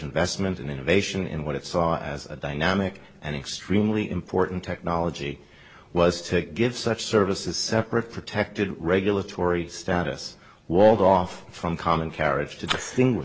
investment in innovation in what it saw as a dynamic and extremely important technology was to give such services separate protected regulatory status walled off from common carriage to